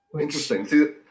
Interesting